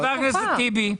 חבר הכנסת טיבי.